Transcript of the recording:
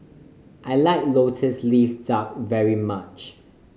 I like Lotus Leaf Duck very much